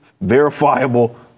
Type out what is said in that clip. verifiable